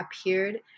appeared